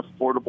affordable